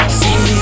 see